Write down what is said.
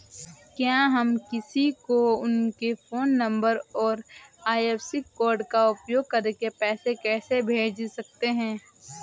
क्या हम किसी को उनके फोन नंबर और आई.एफ.एस.सी कोड का उपयोग करके पैसे कैसे भेज सकते हैं?